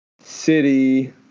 City